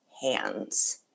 hands